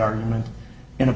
argument in a